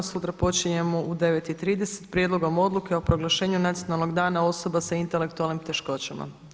Sutra počinjemo u 9,30 prijedlogom Odluke o proglašenju Nacionalnog dana osoba sa intelektualnim teškoćama.